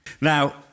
Now